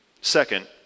Second